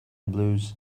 blues